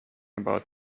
about